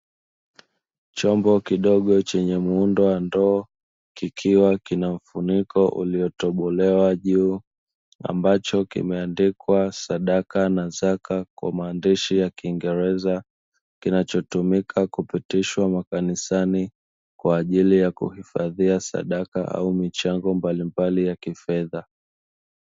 Chombo kidogo chenye muundo wa ndoo, kikiwa kina mfuniko uliotobolewa juu ambacho kimeandikwa sadaka na zaka kwa maandishi ya kingereza, kinachotumika kupitishwa makanisani kwa ajili ya kuhifadhia sadaka au michango mbalimbali ya kifedha.